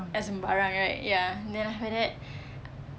uh sembarang right ya then after that